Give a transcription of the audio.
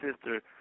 sister